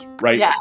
right